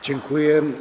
Dziękuję.